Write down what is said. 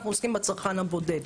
אנחנו עוסקים בצרכן הבודד.